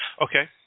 okay